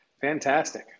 Fantastic